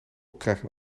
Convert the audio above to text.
krijgen